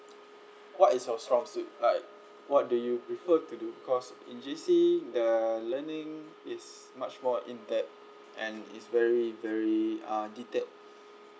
what is your strong suit like what do you prefer to do because in G_C the learning is much more in that and it's very very uh detailed